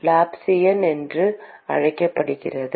Laplacian என்று அழைக்கப்படுகிறது